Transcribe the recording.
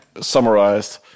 summarized